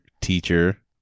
teacher